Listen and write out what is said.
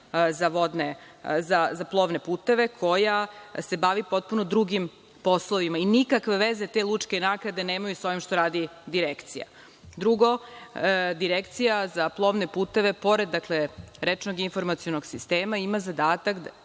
za plovne puteve, koja se bavi potpuno drugim poslovima i nikakve veze te lučke naknade nemaju sa ovim što radi Direkcija. Drugo, Direkcija za plovne puteve pored rečnog informacionog sistema ima zadatak,